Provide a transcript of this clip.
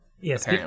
yes